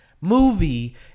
movie